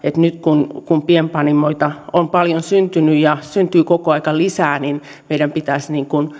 nyt kun kun pienpanimoita on paljon syntynyt ja syntyy koko aika lisää niin meidän pitäisi